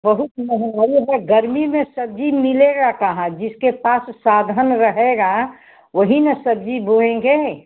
बहुत महंगाई है गर्मी में सब्ज़ी मिलेगी कहाँ जिसके पास साधन रहेगा वहीं न सब्ज़ी बोएँगे